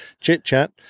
chit-chat